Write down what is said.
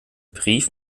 brief